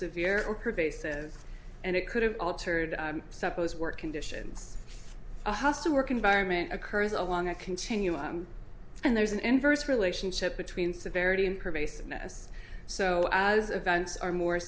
severe or pervasive and it could have altered i suppose work conditions a hostile work environment occurs along a continuum and there is an inverse relationship between severity and pervasiveness so as events are more